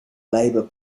labor